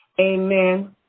Amen